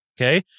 Okay